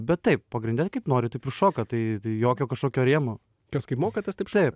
bet taip pagrinde kaip nori taip ir šoka tai jokio kažkokio rėmo kas kaip moka tas taip šoka